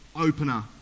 opener